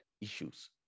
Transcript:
issues